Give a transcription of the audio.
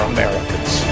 Americans